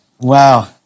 Wow